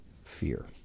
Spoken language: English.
Fear